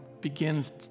begins